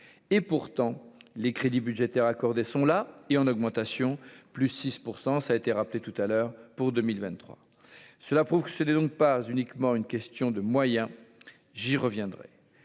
et pourtant les crédits budgétaires accordés sont là et en augmentation : plus 6 % ça été rappelé tout à l'heure pour 2023, cela prouve que ce n'est donc pas uniquement une question de moyens, j'y reviendrai